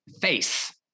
face